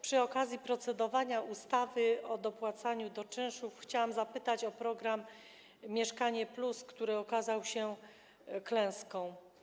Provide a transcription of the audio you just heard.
Przy okazji procedowania ustawy o dopłacaniu do czynszu, chciałam zapytać o program „Mieszkanie+”, który okazał się klęską.